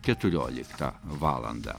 keturioliktą valandą